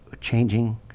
changing